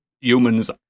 humans